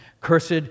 Cursed